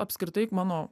apskritai mano